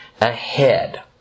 ahead